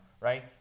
right